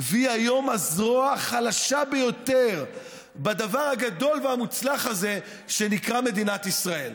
והיא היום הזרוע החלשה ביותר בדבר הגדול והמוצלח הזה שנקרא מדינת ישראל.